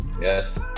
Yes